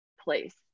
place